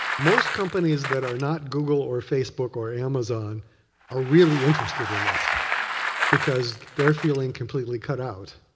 most companies that are not google or facebook or amazon are really interested in this because they're feeling completely cut out.